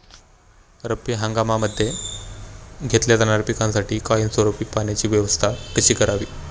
रब्बी हंगामामध्ये घेतल्या जाणाऱ्या पिकांसाठी कायमस्वरूपी पाण्याची व्यवस्था कशी करावी?